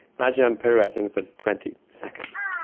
imagine i am pirouetting for twenty seconds.